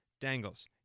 dangles